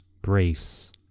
grace